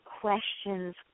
questions